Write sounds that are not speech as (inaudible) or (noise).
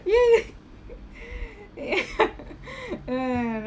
ya ya (laughs) yeah (laughs) ah